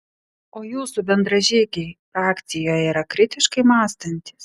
o jūsų bendražygiai frakcijoje yra kritiškai mąstantys